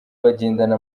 bagendana